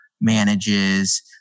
manages